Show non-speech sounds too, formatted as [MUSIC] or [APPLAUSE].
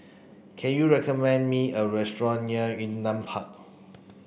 can you recommend me a restaurant near Yunnan [NOISE] Park